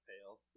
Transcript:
pale